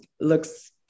looks